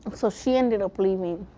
so she ended up leaving,